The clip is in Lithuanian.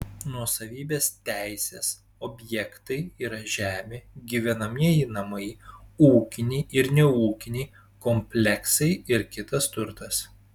nuosavybės teisės objektai yra žemė gyvenamieji namai ūkiniai ir neūkiniai kompleksai ir kitas turtas